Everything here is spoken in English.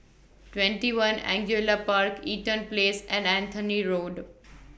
twenty one Angullia Park Eaton Place and Anthony Road